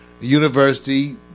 university